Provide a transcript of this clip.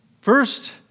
First